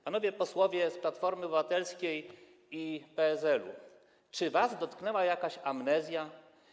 Panowie posłowie z Platformy Obywatelskiej i PSL, czy was dotknęła jakaś amnezja?